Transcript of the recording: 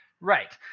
Right